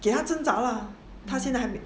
给她挣扎啊她现在还没